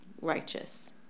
righteous